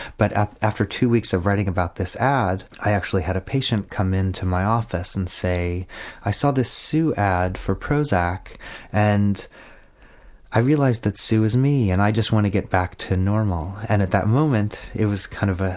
but after two weeks of writing about this ad i actually had a patient come into my office and say i saw this sue ad for prozac and i realised that sue is me, and i just want to get back to normal. and at that moment it was kind of ah